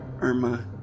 Irma